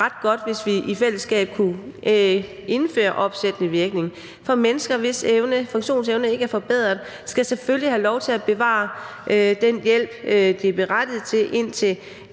ret godt, hvis vi i fællesskab kunne indføre opsættende virkning. For mennesker, hvis funktionsevne ikke er forbedret, skal selvfølgelig have lov til at bevare den hjælp, de er berettiget til, indtil